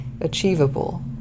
achievable